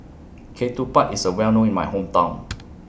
Ketupat IS A Well known in My Hometown